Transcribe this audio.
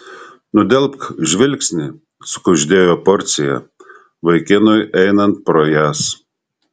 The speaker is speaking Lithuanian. nudelbk žvilgsnį sukuždėjo porcija vaikinui einant pro jas